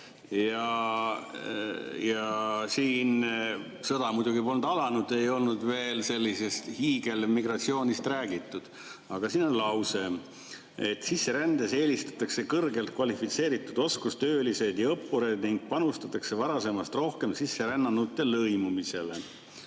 Siis sõda muidugi polnud alanud ja ei olnud veel sellisest hiigelmigratsioonist räägitud. Aga siin on lause, et sisserändes eelistatakse kõrgelt kvalifitseeritud oskustöölisi ja õppureid ning panustatakse varasemast rohkem sisserännanute lõimumisele.